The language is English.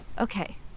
Okay